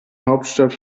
hauptstadt